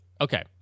Okay